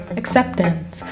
acceptance